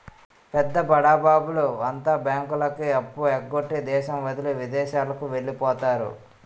పెద్ద బడాబాబుల అంతా బ్యాంకులకు అప్పు ఎగ్గొట్టి దేశం వదిలి విదేశాలకు వెళ్లిపోతారు